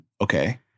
Okay